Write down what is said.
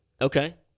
Okay